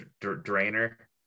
drainer